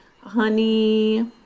honey